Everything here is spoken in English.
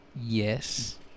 Yes